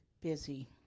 busy